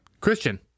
Christian